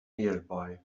nearby